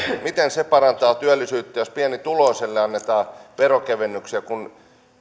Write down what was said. miten se parantaa työllisyyttä jos pienituloiselle annetaan veronkevennyksiä kun